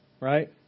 right